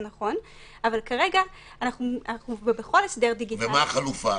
אבל כרגע בכל הסדר דיגיטלי אנחנו --- ומה החלופה?